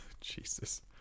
Jesus